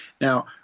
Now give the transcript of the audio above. Now